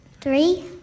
Three